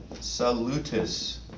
Salutis